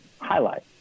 highlight